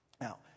Now